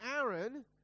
Aaron